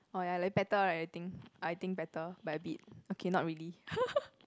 oh ya like that better right I think I think better by a bit okay not really